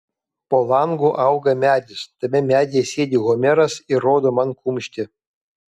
po langu auga medis tame medyje sėdi homeras ir rodo man kumštį